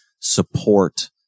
support